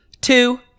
two